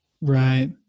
Right